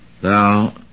thou